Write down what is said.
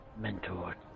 mentor